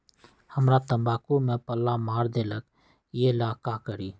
हमरा तंबाकू में पल्ला मार देलक ये ला का करी?